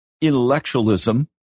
intellectualism